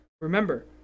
remember